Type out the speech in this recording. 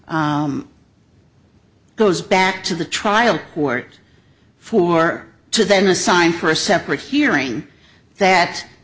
matter goes back to the trial court for to then assign for a separate hearing that